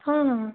ହଁ ହଁ ହଁ